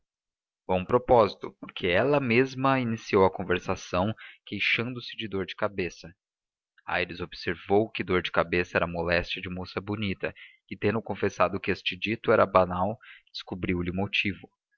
cautelosamente vão propósito porque ela mesma iniciou a conversação queixando-se de dor de cabeça aires observou que dor de cabeça era moléstia de moça bonita e tendo confessado que este dito era banal descobriu-lhe o motivo